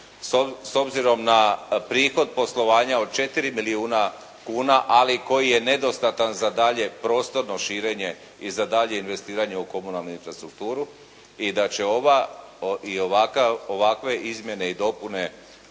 s obzirom na prihod poslovanja od 4 milijuna kuna, ali koji je nedostatan za daljnje prostorno širenje i za dalje investiranje u komunalnu infrastrukturu i da će ova i ovakve izmjene i dopune